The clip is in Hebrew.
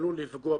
נימוק אחרון.